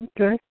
okay